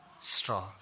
straw